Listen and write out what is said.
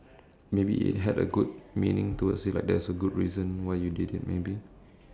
maybe it had a good meaning towards it like there's a good reason why you did it maybe